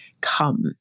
come